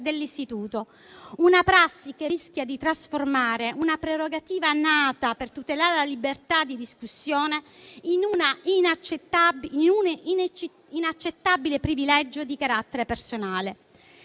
dell'istituto. È una prassi che rischia di trasformare una prerogativa nata per tutelare la libertà di discussione in un inaccettabile privilegio di carattere personale.